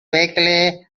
weekly